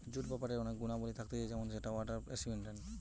jute বা পাটের অনেক গুণাবলী থাকতিছে যেমন সেটা ওয়াটার রেসিস্টেন্ট